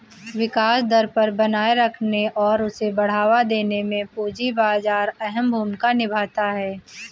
विकास दर बनाये रखने और उसे बढ़ावा देने में पूंजी बाजार अहम भूमिका निभाता है